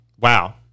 wow